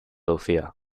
lucía